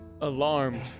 alarmed